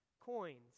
coins